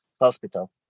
hospital